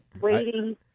Waiting